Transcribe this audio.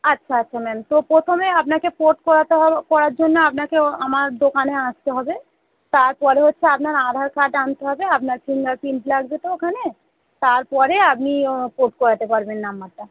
আচ্ছা আচ্ছা ম্যাম তো প্রথমে আপনাকে পোর্ট করাতে হ করার জন্য আপনাকে ও আমার দোকানে আসতে হবে তারপরে হচ্ছে আপনার আধার কার্ড আনতে হবে আপনার ফিঙ্গার প্রিন্ট লাগবে তো ওখানে তারপরে আপনি ও পোর্ট করাতে পারবেন নাম্বারটা